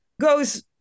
goes